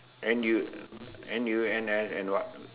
N_U~ N_U_N_S and what